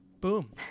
Boom